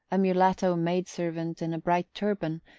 a mulatto maid-servant in a bright turban,